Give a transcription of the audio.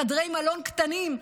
בחדרי מלון קטנים,